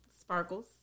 Sparkles